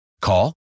Call